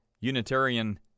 Unitarian